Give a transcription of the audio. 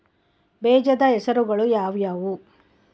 ಬೇಜದ ಹೆಸರುಗಳು ಯಾವ್ಯಾವು?